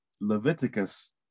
Leviticus